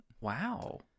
Wow